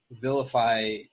vilify